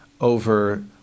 over